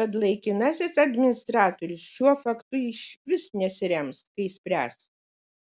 kad laikinasis administratorius šiuo faktu išvis nesirems kai spręs